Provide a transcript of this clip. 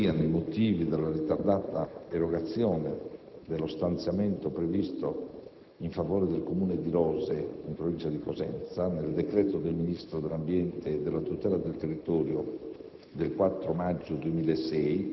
quale chiede di sapere quali siano i motivi della ritardata erogazione dello stanziamento previsto in favore del Comune di Rose (CS) nel decreto del Ministro dell'ambiente e della tutela del territorio